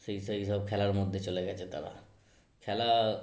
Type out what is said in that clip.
সেই সেই সব খেলার মধ্যে চলে গিয়েছে তারা খেলা